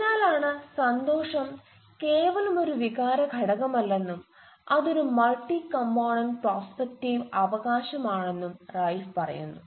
അതിനാലാണ് സന്തോഷം കേവലം ഒരു വികാര ഘടകമല്ലെന്നും അത് ഒരു മൾട്ടി കംപോണന്റ് പ്രോസ്പെക്റ്റീവ് അവകാശമാണെന്നും റൈഫ് പറയുന്നു